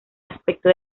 aspecto